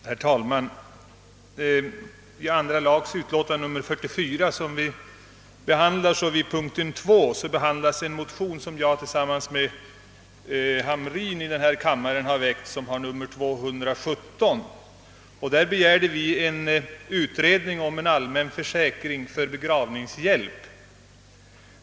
Herr talman! I andra lagutskottets utlåtande nr 44 behandlas bl.a. en motion som jag har väckt tillsammans med herr Hamrin i Kalmar och som har nummer 217. I motionen begärs utredning om en allmän försäkring för begravningshjälp.